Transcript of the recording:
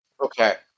Okay